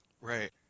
Right